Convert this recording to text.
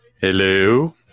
hello